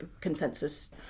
consensus